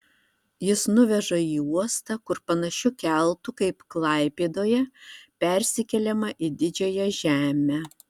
jis nuveža į uostą kur panašiu keltu kaip klaipėdoje persikeliama į didžiąją žemę